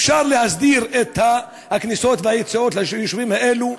אפשר להסדיר את הכניסות והיציאות ליישובים האלה,